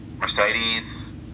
Mercedes